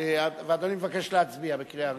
אדוני מבקש להצביע בקריאה ראשונה?